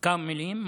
כמה מילים.